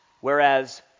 whereas